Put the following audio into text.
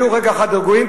אז תהיו רגע אחד רגועים.